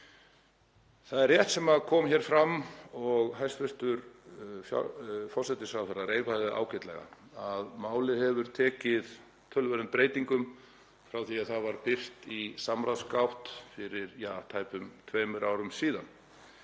Það er rétt sem kom hér fram og hæstv. forsætisráðherra reifaði ágætlega að málið hefur tekið töluverðum breytingum frá því að það var birt í samráðsgátt fyrir tæpum tveimur árum síðan.